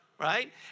right